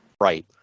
right